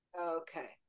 Okay